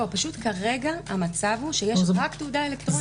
פשוט כרגע המצב הוא שיש רק תעודה אלקטרונית.